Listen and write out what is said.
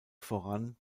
voran